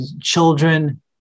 children